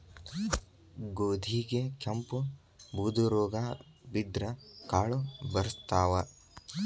ಗೋಧಿಗೆ ಕೆಂಪು, ಬೂದು ರೋಗಾ ಬಿದ್ದ್ರ ಕಾಳು ಬರ್ಸತಾವ